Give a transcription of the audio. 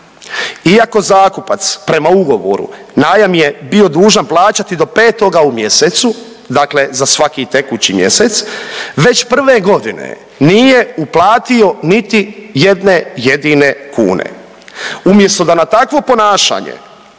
Iako zakupac prema ugovoru, najam je bio dužan plaćati do petoga u mjesecu, dakle za svaki tekući mjesec. Već prve godine nije uplatio niti jedne jedine kune. Umjesto da na takvo ponašanje